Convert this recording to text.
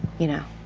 you know,